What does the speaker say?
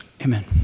Amen